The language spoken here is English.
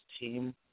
team